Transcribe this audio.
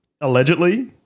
allegedly